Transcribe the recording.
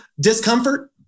discomfort